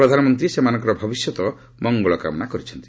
ପ୍ରଧାନମନ୍ତ୍ରୀ ସେମାନଙ୍କର ଭବିଷ୍ୟତ ମଙ୍ଗଳ କାମନା କରିଛନ୍ତି